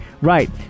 right